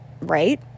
right